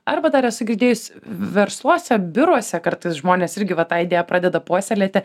arba dar esu girdėjus versluose biuruose kartais žmonės irgi vat tą idėją pradeda puoselėti